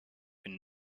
been